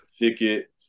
ticket